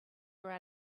were